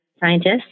scientists